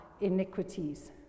iniquities